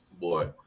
Boy